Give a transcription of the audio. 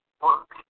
work